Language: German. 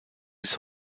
bis